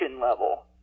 level –